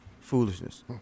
foolishness